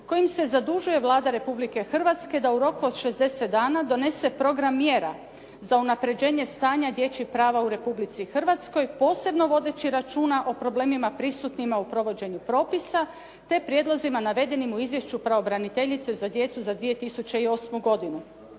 kojim se zadužuje Vlada Republike Hrvatske da u roku od 60 dana donese program mjera za unapređenje stanja dječjih prava u Republici Hrvatskoj, posebno vodeći računa o problemima prisutnima u provođenju propisa, te prijedlozima navedenim u izvješću pravobraniteljicu za djecu za 2008. godinu.